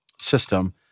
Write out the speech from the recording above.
system